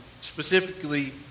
specifically